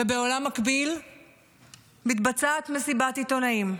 ובעולם מקביל נערכת מסיבת עיתונאים,